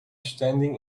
standing